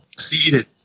Seated